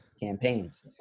campaigns